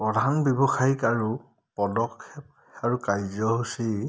প্ৰধান ব্যৱসায়িক আৰু পদক্ষেপ আৰু কাৰ্যসূচী